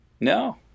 No